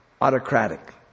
autocratic